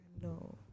no